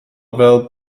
fel